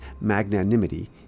magnanimity